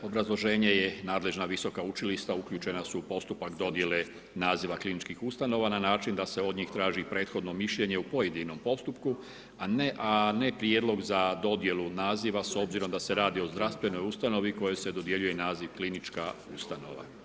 Obrazloženje je nadležna visoka učilišta uključena su u postupak dodjele naziva kliničkih ustanova na način da se od njih traži prethodno mišljenje u pojedinom postupku a ne prijedlog za dodjelu naziva s obzirom da se radi zdravstvenoj ustanovi kojoj se dodjeljuje i naziv klinička ustanova.